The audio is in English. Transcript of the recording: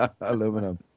aluminum